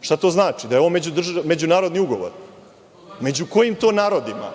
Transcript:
Šta to znači? Da je ovo međunarodni ugovor. Među kojim to narodima?